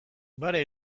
bare